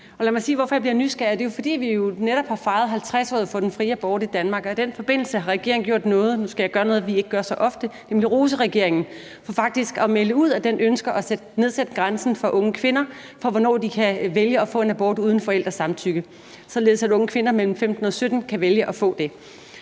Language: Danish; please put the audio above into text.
Lad mig sige, hvorfor jeg bliver nysgerrig: Det er jo, fordi vi netop har fejret 50-året for den fri abort i Danmark, og i den forbindelse har regeringen meldt ud – og nu skal jeg gøre noget, vi ikke gør så ofte, for jeg vil nemlig rose regeringen for det her - at den ønsker at nedsætte grænsen for, hvornår unge kvinder kan vælge at få en abort uden forældrenes samtykke, således at unge kvinder mellem 15 og 17 år kan vælge at få det.